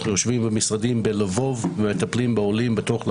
אנחנו יושבים במשרדים בלבוב ומטפלים בעולם בתוך לבוב.